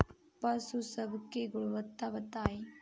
पशु सब के गुणवत्ता बताई?